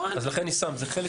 זה דווקא